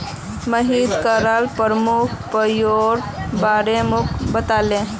Mohit coir प्रमुख प्रयोगेर बारे मोक बताले